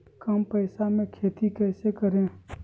कम पैसों में खेती कैसे करें?